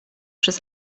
przez